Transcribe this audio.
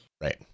right